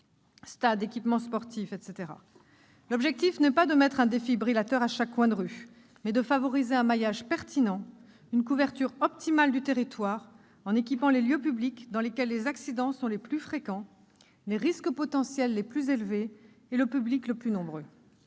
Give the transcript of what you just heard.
L'objectif n'est pas de mettre un défibrillateur à chaque coin de rue, mais de favoriser un maillage pertinent et une couverture optimale du territoire en équipant les lieux publics dans lesquels les accidents sont les plus fréquents, les risques potentiels les plus élevés et le public le plus nombreux.